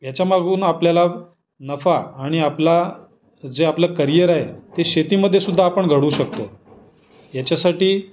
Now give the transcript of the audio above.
ह्याच्यामागून आपल्याला नफा आणि आपला जे आपलं करियर आहे ते शेतीमध्येसुद्धा आपण घडवू शकतो याच्यासाठी